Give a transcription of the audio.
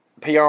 PR